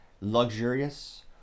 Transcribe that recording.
luxurious